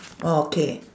oh okay